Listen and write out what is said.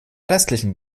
restlichen